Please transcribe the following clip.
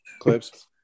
Clips